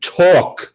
Talk